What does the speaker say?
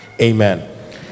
Amen